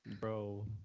bro